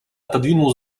отодвинул